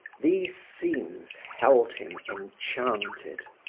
these scenes held him enchanted.